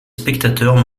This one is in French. spectateurs